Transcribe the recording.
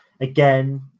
again